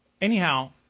Anyhow